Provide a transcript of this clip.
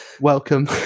welcome